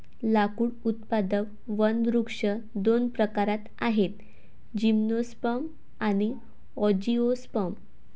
लाकूड उत्पादक वनवृक्ष दोन प्रकारात आहेतः जिम्नोस्पर्म आणि अँजिओस्पर्म